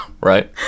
Right